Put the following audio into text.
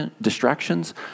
distractions